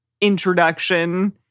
introduction